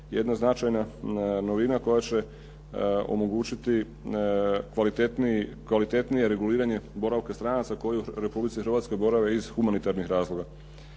jedna značajna novina koja će omogućiti kvalitetnije reguliranje boravka stranaca koji u Republici Hrvatskoj borave iz humanitarnih razloga.